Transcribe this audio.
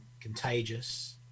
contagious